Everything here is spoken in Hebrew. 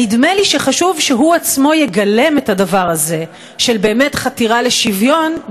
נדמה לי שחשוב באמת שהוא עצמו יגלם את הדבר הזה של חתירה לשוויון,